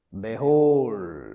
Behold